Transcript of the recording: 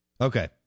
Okay